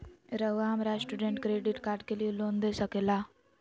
रहुआ हमरा student credit card के लिए लोन दे सके ला?